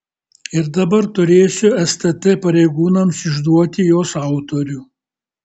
ir dabar turėsiu stt pareigūnams išduoti jos autorių